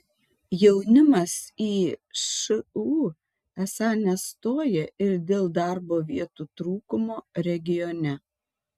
jaunimas į šu esą nestoja ir dėl darbo vietų trūkumo regione